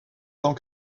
tant